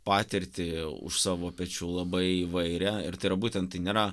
patirtį už savo pečių labai įvairią ir tai yra būtent tai nėra